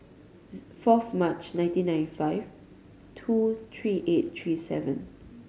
fourth March nineteen ninety five two three eight three seven